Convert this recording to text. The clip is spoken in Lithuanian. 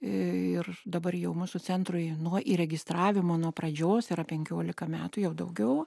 ir dabar jau mūsų centrui nuo įregistravimo nuo pradžios yra penkiolika metų jau daugiau